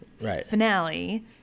finale